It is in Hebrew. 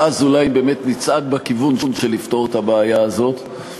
ואז אולי באמת נצעד בכיוון של לפתור את הבעיה הזאת.